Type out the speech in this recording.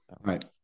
right